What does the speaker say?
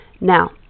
Now